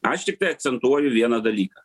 aš tiktai akcentuoju vieną dalyką